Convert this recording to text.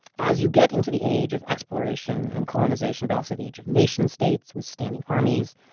as you get into the age of exploration and colonization, but also the age of nation-states with standing armies,